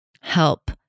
help